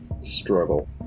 struggle